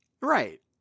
Right